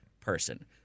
person